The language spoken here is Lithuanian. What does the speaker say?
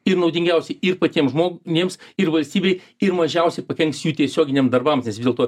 ir naudingiausiai ir patiems žmonėms ir valstybei ir mažiausiai pakenks jų tiesioginiem darbams nes vis dėl to